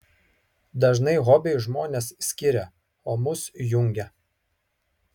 dažnai hobiai žmones skiria o mus jungia